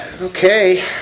Okay